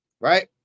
Right